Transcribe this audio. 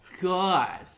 god